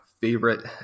favorite